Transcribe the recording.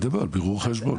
אז אני מדבר על בירור החשבון.